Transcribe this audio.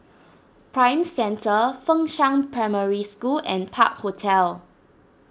Prime Centre Fengshan Primary School and Park Hotel